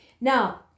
Now